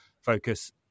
focus